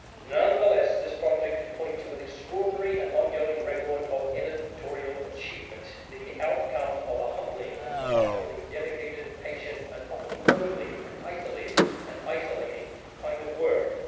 nonetheless, this project can point to an extraordinary and ongoing record of editorial achievement, the outcome of a humbling and remarkably dedicated, patient, and often lonely and isolating and isolating kind of work.